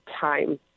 time